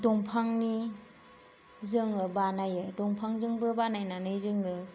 दंफांनि जोङो बानायो दंफांजोंबो बानाय नानै जोङो